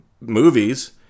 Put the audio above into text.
movies